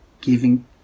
Giving